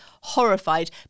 horrified